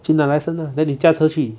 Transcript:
去拿 license lah then 你驾车去